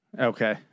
Okay